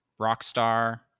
rockstar